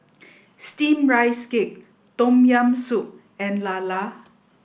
steamed rice cake Tom Yam Soup and Lala